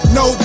no